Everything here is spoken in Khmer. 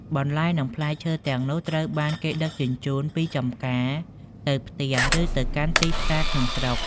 បន្លែនិងផ្លែឈើទាំងនោះត្រូវបានគេដឹកជញ្ជូនពីចំការទៅផ្ទះឬទៅកាន់ទីផ្សារក្នុងស្រុក។